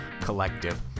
collective